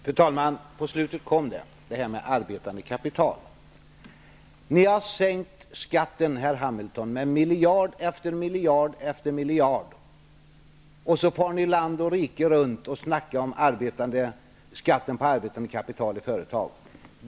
Fru talman! På slutet kom det här med arbetande kapital fram. Ni, i regeringen, Carl B. Hamilton, har sänkt skatten med miljard efter miljard, och sedan far ni land och rike runt och talar om arbetande kapital i företag.